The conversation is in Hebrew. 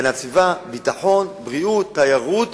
הגנת הסביבה, ביטחון, בריאות, תיירות,